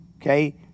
Okay